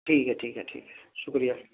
ٹھیک ہے ٹھیک ہے ٹھیک ہے شکریہ